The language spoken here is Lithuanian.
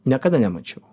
niekada nemačiau